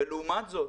לעומת זאת,